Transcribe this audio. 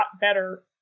better